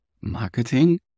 marketing